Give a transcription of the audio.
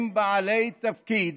הם בעלי תפקיד